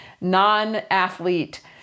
non-athlete